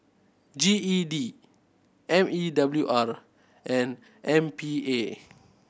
G E D M E W R and M P A